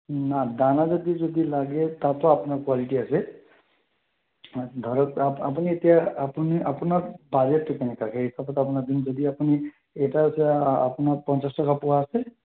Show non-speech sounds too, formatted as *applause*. না ডাঙৰ *unintelligible* যদি লাগে তাতো আপোনাৰ কোৱালিটি আছে ধৰক আপ আপুনি এতিয়া আপুনি আপোনাৰ বাজেটতো কেনেকাকে এই কথাতো *unintelligible* যদি আপুনি এটা আছে আপোনাৰ পঞ্চাছ টকা পোৱা আছে